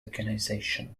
organization